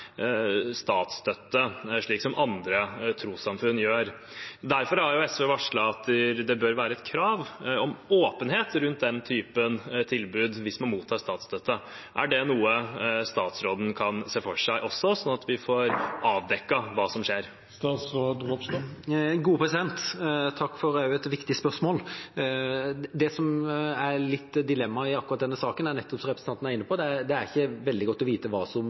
statsstøtte – slik andre trossamfunn gjør. Derfor har SV varslet at det bør være et krav om åpenhet rundt den typen tilbud hvis man mottar statsstøtte. Er det noe statsråden også kan se for seg, sånn at vi får avdekket hva som skjer? Takk for et viktig spørsmål. Et dilemma i denne saken er nettopp det representanten er inne på: at det ikke er godt å vite hva det er, om det er SFO eller et trossamfunn som